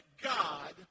God